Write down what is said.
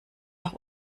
nach